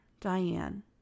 Diane